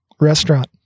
restaurant